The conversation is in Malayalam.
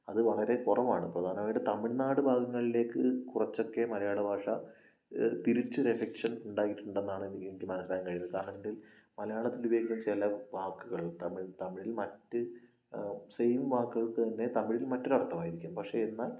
അത് വളരെ കുറവാണ് പ്രധാനമായിട്ടും തമിഴ്നാട് ഭാഗങ്ങളിലേക്ക് കുറച്ചൊക്കെ മലയാള ഭാഷ തിരിച്ചൊരു എഫക്ഷൻ ഉണ്ടാക്കിയിട്ടുണ്ടെന്നാണ് എനിക്ക് എനിക്ക് മനസിലാക്കാന് കഴിയുന്നത് കാരണം മലയാളത്തിൽ ഉപയോഗിക്കുന്ന ചില വാക്കുകൾ തമിഴ് തമിഴിൽ മറ്റ് സെയിം വാക്കുകൾക്ക് തന്നെ തമിഴിൽ മറ്റൊരു അർത്ഥമായിരിക്കാം പക്ഷേ എന്നാൽ